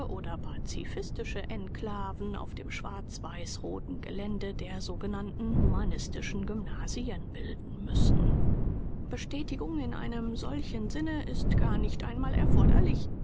oder pazifistische enklaven auf dem schwarzweißroten gelände der sogenannten humanistischen gymnasien bilden müssen betätigung in einem solchen sinne ist gar nicht einmal erforderlich